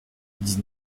dix